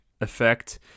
effect